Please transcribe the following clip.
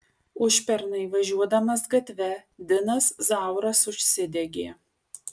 užpernai važiuodamas gatve dinas zauras užsidegė